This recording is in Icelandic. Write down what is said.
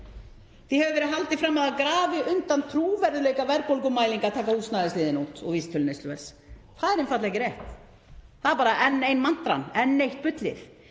Því hefur verið haldið fram að það grafi undan trúverðugleika verðbólgumælinga að taka húsnæðisliðinn út úr vísitölu neysluverðs. Það er einfaldlega ekki rétt. Það er bara enn ein mantran, enn eitt bullið.